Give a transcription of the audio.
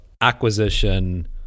acquisition